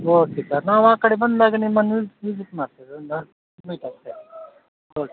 ನೋಡ್ತಿವಿ ಸರ್ ನಾವು ಆ ಕಡೆ ಬಂದಾಗ ನಿಮ್ಮನ್ನು ವಿಸಿಟ್ ಮಾಡ್ತೇವೆ ಒಂದು ಮೀಟ್ ಆಗ್ತೇವೆ ಸರಿ